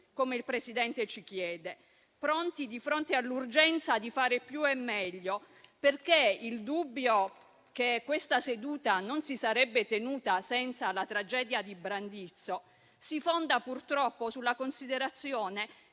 come il presidente Mattarella ci chiede, pronti di fronte all'urgenza di fare più e meglio. Il dubbio che questa seduta non si sarebbe tenuta senza la tragedia di Brandizzo si fonda purtroppo sulla considerazione